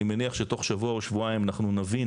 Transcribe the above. אני מניח שתוך שבוע או שבועיים אנחנו נבין